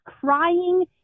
crying